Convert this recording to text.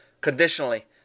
conditionally